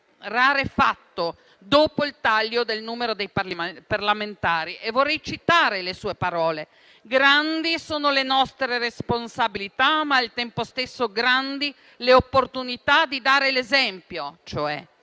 rarefatto dopo il taglio del numero dei parlamentari. Vorrei citare le sue parole: «grandi sono le nostre responsabilità, ma al tempo stesso grandi le opportunità di dare l'esempio».